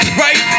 right